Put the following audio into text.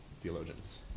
theologians